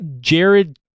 Jared